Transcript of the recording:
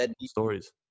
stories